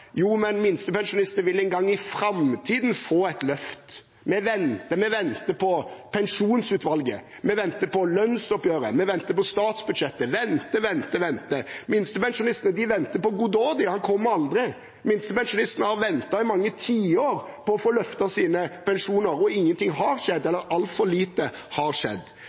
Jo, men minstepensjonistene vil få et løft en gang i framtiden. Vi venter på pensjonsutvalget. Vi venter på lønnsoppgjøret. Vi venter på statsbudsjettet. Vente, vente, vente – minstepensjonistene venter på Godot, de. Han kommer aldri. Minstepensjonistene har ventet i mange tiår på å få løftet sine pensjoner, og altfor lite har skjedd.